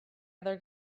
other